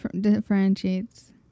differentiates